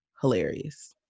Hilarious